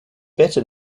better